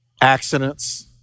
accidents